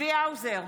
צבי האוזר,